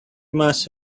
must